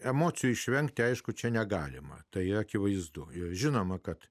emocijų išvengti aišku čia negalima tai akivaizdu ir žinoma kad